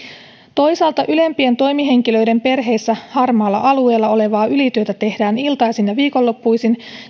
toisaalta ylempien toimihenkilöiden perheissä harmaalla alueella olevaa ylityötä tehdään iltaisin ja viikonloppuisin